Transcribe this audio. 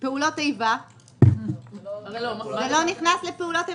זה לא נכנס ל"פעולות איבה"?